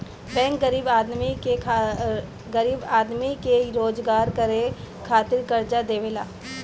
bank गरीब आदमी के रोजगार करे खातिर कर्जा देवेला